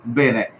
bene